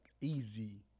easy